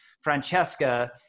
Francesca